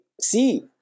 see